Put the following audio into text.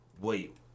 wait